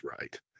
right